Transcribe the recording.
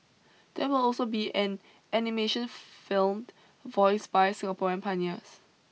there will also be an animation filmed voiced by Singaporean pioneers